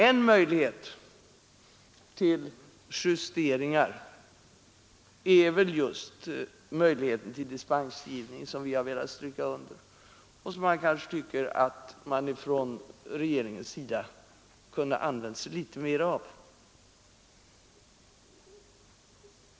En möjlighet att justera är just möjligheten till dispensgivning, som vi har velat stryka under, och som vi tycker att regeringen kanske kunde ha använt sig mer av.